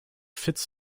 fits